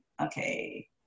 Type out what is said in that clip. okay